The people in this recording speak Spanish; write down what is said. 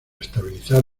estabilizar